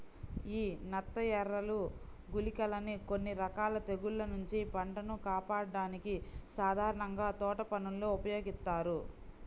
యీ నత్తఎరలు, గుళికలని కొన్ని రకాల తెగుల్ల నుంచి పంటను కాపాడ్డానికి సాధారణంగా తోటపనుల్లో ఉపయోగిత్తారు